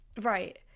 right